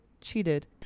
cheated